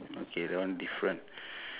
ya